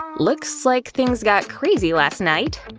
looks like things got crazy last night.